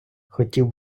хотів